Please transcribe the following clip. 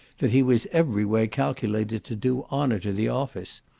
that he was every way calculated to do honour to the office.